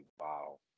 Wow